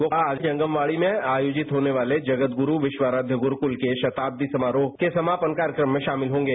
वह आज जंगम बाड़ी में आयोजित होने वाले जगद गुरू विस्वाराष्य गुरुकुल के संताब्दी समारोह के समापन कार्यक्रम शामिल होंगे